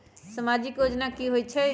समाजिक योजना की होई छई?